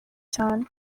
cyane